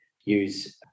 use